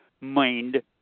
mind